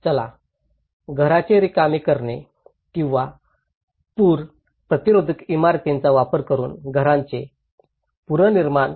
चला घराचे रिकामे करणे किंवा पूर प्रतिरोधक इमारतींचा वापर करून घराचे पुनर्निर्माण